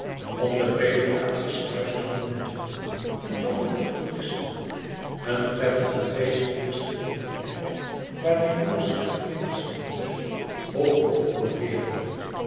om de predicaties luisterde het volk en tallooze toeristen een prettige geest heerschte in de kerk waar de jonge schelle kinderstemmetjes hoog op oreerden